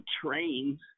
trains